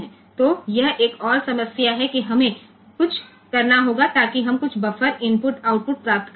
તેથી તે બીજી સમસ્યા છે કે આપણે કંઈક કરવું પડશે જેથી કરીને આપણે બફર કરેલ ઇનપુટ આઉટપુટ મેળવી શકીએ